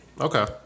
Okay